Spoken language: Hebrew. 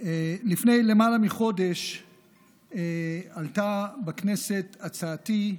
לפני למעלה מחודש עלתה בכנסת הצעתי,